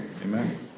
amen